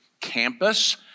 campus